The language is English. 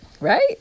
right